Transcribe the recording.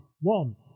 One